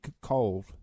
cold